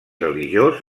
religiós